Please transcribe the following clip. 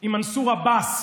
עם מנסור עבאס,